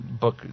book